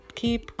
keep